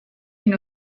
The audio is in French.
une